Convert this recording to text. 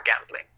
gambling